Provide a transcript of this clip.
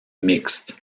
mixte